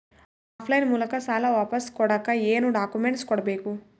Of line ಮೂಲಕ ಸಾಲ ವಾಪಸ್ ಕೊಡಕ್ ಏನು ಡಾಕ್ಯೂಮೆಂಟ್ಸ್ ಕೊಡಬೇಕು?